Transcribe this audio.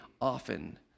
often